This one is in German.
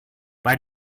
bei